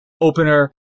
opener